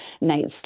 night's